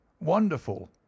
wonderful